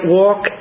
walk